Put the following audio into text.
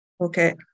okay